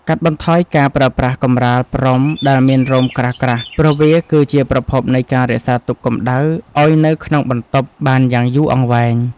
កាត់បន្ថយការប្រើប្រាស់កំរាលព្រំដែលមានរោមក្រាស់ៗព្រោះវាគឺជាប្រភពនៃការរក្សាទុកកម្តៅឱ្យនៅក្នុងបន្ទប់បានយ៉ាងយូរអង្វែង។